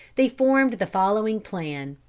they formed the following plan.